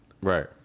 Right